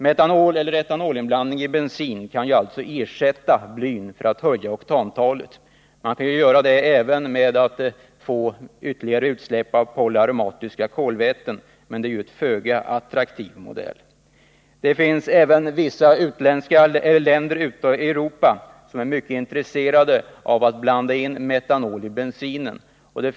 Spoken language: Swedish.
Metanoleller etanolinblandning i bensin kan användas i stället för bly för att höja oktantalet. Man kan även göra det genom att öka utsläppet av polyaromatiska kolväten, men det är en föga attraktiv modell. Det finns vissa länder i Europa som är mycket intresserade av att blanda in metanol i bensinen.